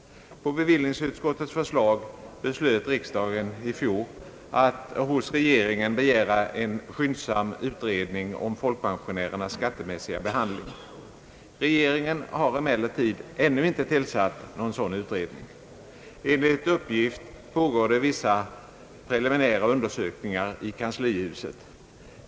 På bevillningsutskottets förslag beslöt riksdagen i fjol att hos regeringen begära en skyndsam utredning om folkpensionärernas skattemässiga behandling. Regeringen har emellertid ännu inte tillsatt någon sådan utredning. Enligt uppgift pågår det vissa preliminära undersökningar i kanslihuset.